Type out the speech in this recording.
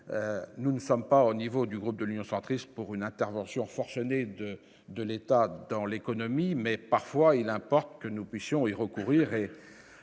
nous ne sommes pas au niveau du groupe de l'Union centriste pour une intervention forcenée de de l'État dans l'économie, mais parfois, il importe que nous puissions y recourir